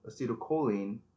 acetylcholine